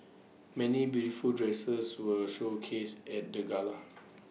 many beautiful dresses were showcased at the gala